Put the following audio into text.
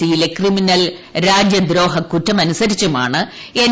C യിലെ criminal രാജ്യദ്രോഹകുറ്റം അനുസരിച്ചുമാണ് എൻ